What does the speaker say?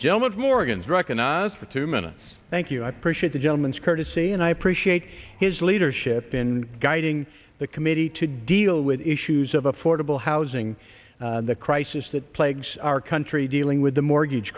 gentleman morgan's recognize for two minutes thank you i appreciate the gentleman's courtesy and i appreciate his leadership in guiding the committee to deal with issues of affordable housing the crisis that plagues our country dealing with the mortgage